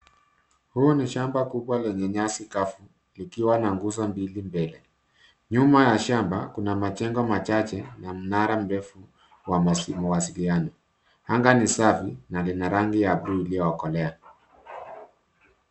Huu ni shamba kubwa lenye nyasi kavu likiwa na nguzo mbili mbele. Nyuma ya shamba kuna majengo machache na mnara mrefu wa mawasiliano. Anga ni safi na lina rangi ya bluu iliyo kolea.